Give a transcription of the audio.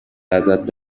ازت